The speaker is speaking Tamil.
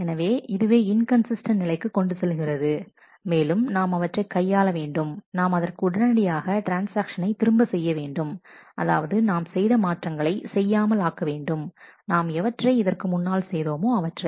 எனவே இதுவே இன்கன்சிஸ்டன்ட் நிலைக்கு கொண்டு செல்கிறது மேலும் நாம் அவற்றை கையாள வேண்டும் நாம் அதற்கு உடனடியாக ட்ரான்ஸ்ஆக்ஷனை திரும்ப செய்ய வேண்டும் அதாவது நாம் செய்த மாற்றங்களை செய்யாமல் ஆக்கவேண்டும் நாம் எவற்றை இதற்கு முன்னால் செய்தோமோ அவற்றை